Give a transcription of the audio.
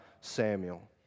Samuel